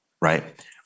right